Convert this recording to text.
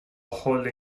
holy